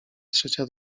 trzecia